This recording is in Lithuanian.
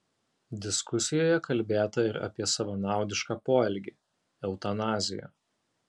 diskusijoje kalbėta ir apie savanaudišką poelgį eutanaziją